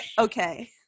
okay